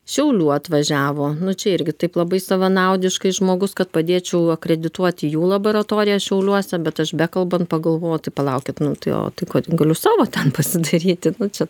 šiaulių atvažiavo čia irgi taip labai savanaudiškai žmogus kad padėčiau akredituoti jų laboratoriją šiauliuose bet aš bekalbant pagalvojau tai palaukit nu tai o tai kod galiu savo ten pasidaryti nu čia